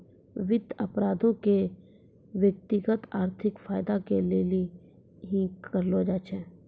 वित्त अपराधो के व्यक्तिगत आर्थिक फायदा के लेली ही करलो जाय छै